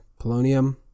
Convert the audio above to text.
polonium